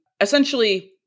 essentially